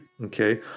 okay